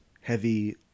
heavy